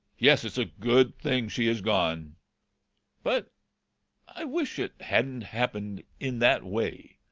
yes, it's a good thing she has gone but i wish it hadn't happened in that way.